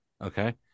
Okay